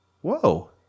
Whoa